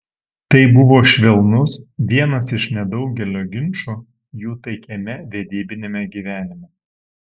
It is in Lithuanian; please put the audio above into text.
tai buvo švelnus vienas iš nedaugelio ginčų jų taikiame vedybiniame gyvenime